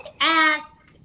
ask